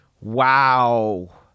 Wow